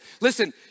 listen